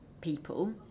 people